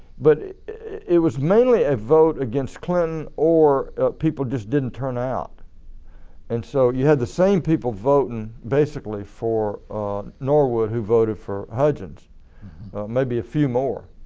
but it was mainly a vote against clinton or people just didn't turnout. and so you had the same people voting basically for norwood who voted for hudgens maybe a few more.